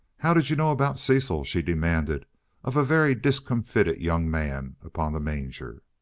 how did you know about cecil? she demanded of a very discomfited young man upon the manger.